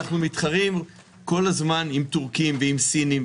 אנחנו מתחרים כל הזמן עם טורקים ועם סינים,